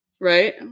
right